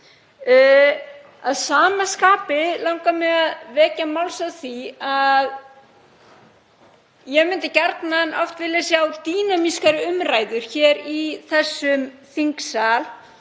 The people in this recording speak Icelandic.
Að sama skapi langar mig að vekja máls á því að ég myndi á stundum gjarnan vilja sjá dínamískari umræður hér í þessum þingsal.